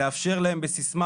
לאפשר להם בסיסמה,